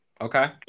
Okay